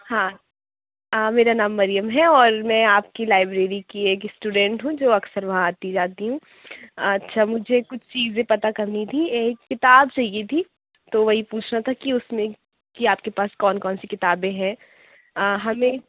ہاں میرا نام مریم ہے اور میں آپ کی لائبریری کی ایک اسٹوڈنٹ ہوں جو اکثر وہاں آتی جاتی ہوں اچھا مجھے کچھ چیزیں پتا کرنی تھیں ایک کتاب چاہیے تھی تو وہی پوچھنا تھا کہ اُس میں کہ آپ کے پاس کون کون سی کتابیں ہیں ہمیں